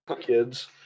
kids